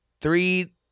Three